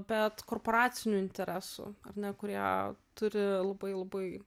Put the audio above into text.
bet korporacinių interesų ar ne kurie turi labai labai